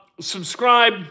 Subscribe